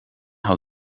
hou